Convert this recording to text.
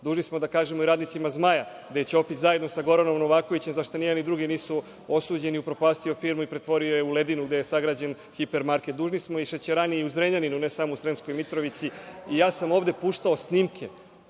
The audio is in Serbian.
Dužni smo da kažemo i radnicima „Zmaja“ da je Ćopić zajedno sa Goranom Novakovićem, za šta ni jedan ni drugi nisu osuđeni, upropastio firmu i pretvorio je u ledinu gde je sagrađen hipermarket. Dužni smo i šećerani i u Zrenjaninu, ne samo u Sremskoj Mitrovici. Ja sam ovde puštao snimke.